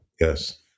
yes